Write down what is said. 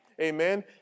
Amen